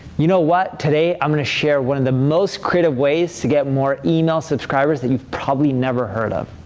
you know what? today, i'm gonna share one of the most creative ways to get more email subscribers that you probably never heard of.